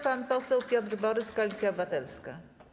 Pan poseł Piotr Borys, Koalicja Obywatelska.